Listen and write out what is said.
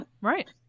Right